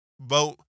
vote